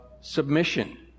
submission